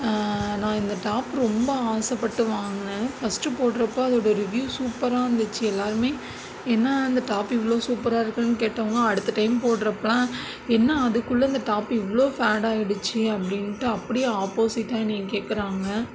நான் இந்த டாப் ரொம்ப ஆசைப்பட்டு வாங்கினேன் ஃபஸ்ட்டு போடுறப்ப அதோடய ரிவ்யூ சூப்பராக இருந்துச்சு எல்லோருமே என்ன இந்த டாப்பு இவ்வளோ சூப்பராக இருக்குன்னு கேட்டவங்க அடுத்த டைம் போடுறப்பலாம் என்ன அதுக்குள்ள இந்த டாப் இவ்வளோ ஃபேடாகிடுச்சி அப்படின்ட்டு அப்படியே ஆப்போசிட்டாக என்னை கேக்குறாங்க